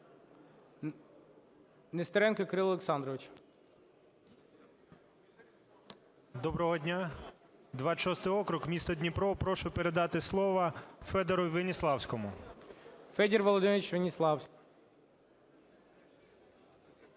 Доброго дня. 26 округ, місто Дніпро. Прошу передати слово Федору Веніславському. ГОЛОВУЮЧИЙ. Федір Володимирович Веніславський.